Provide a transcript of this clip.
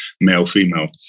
male-female